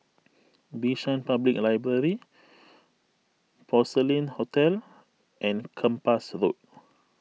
Bishan Public Library Porcelain Hotel and Kempas Road